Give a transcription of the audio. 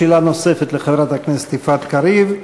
שאלה נוספת לחברת הכנסת יפעת קריב.